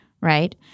Right